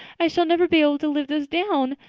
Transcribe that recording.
i shall never be able to live this down.